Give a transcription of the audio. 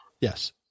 Yes